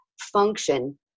function